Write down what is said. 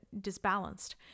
disbalanced